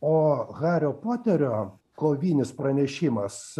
o hario poterio kovinis pranešimas